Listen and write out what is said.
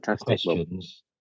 questions